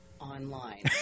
online